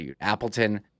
Appleton